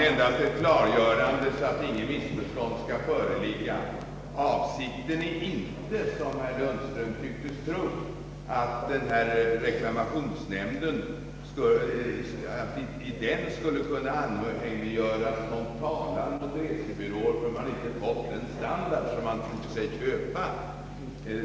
Endast ett klargörande för att inget missförstånd skall föreligga! Avsikten är inte, som herr Lundström tycktes tro, att man hos reklamationsnämnden skulle kunna anhängiggöra talan mot en resebyrå för att man inte fått den standard som man trott sig köpa.